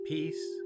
Peace